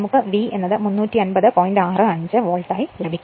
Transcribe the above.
65 volt ആയി ലഭിക്കും